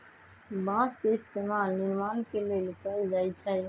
बास के इस्तेमाल निर्माण के लेल कएल जाई छई